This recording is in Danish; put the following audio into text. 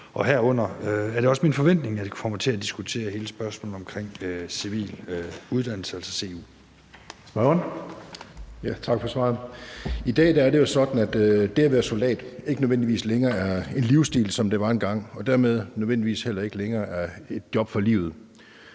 Herunder er det også min forventning, at vi kommer til at diskutere hele spørgsmålet om civil uddannelse, altså CU.